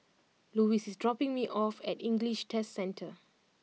Louis is dropping me off at English Test Centre